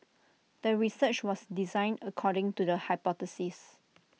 the research was designed according to the hypothesis